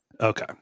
Okay